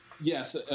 Yes